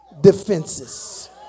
defenses